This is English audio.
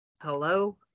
Hello